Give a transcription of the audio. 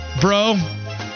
bro